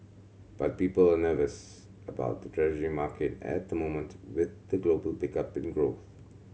but people are nervous about the Treasury market at the moment with the global pickup in growth